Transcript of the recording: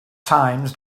times